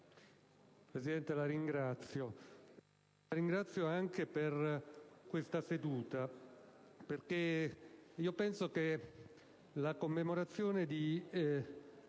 Presidente, la ringrazio e ringrazio anche per questa seduta, perché penso che la commemorazione del